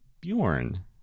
Bjorn